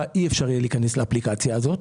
אי אפשר יהיה להיכנס לאפליקציה הזאת.